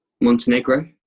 Montenegro